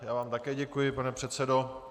Já vám také děkuji, pane předsedo.